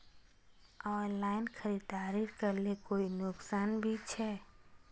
Online खरीदारी करले कोई नुकसान भी छे?